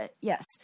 yes